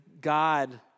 God